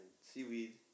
seaweed